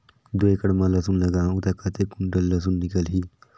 दो एकड़ मां लसुन लगाहूं ता कतेक कुंटल लसुन निकल ही?